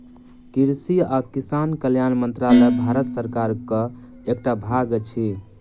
कृषि आ किसान कल्याण मंत्रालय भारत सरकारक एकटा भाग अछि